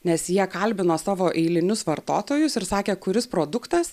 nes jie kalbino savo eilinius vartotojus ir sakė kuris produktas